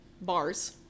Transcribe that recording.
bars